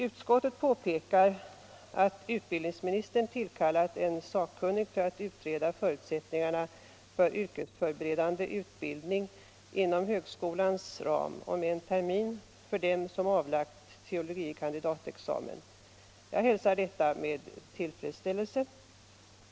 Utskottet påpekar att utbildningsministern tillkallat en sakkunnig för att utreda förutsättningarna för yrkesförberedande utbildning, inom högskolans ram, om en termin för dem som avlagt teol. kand.-examen. Jag hälsar detta med: tillfredsställelse.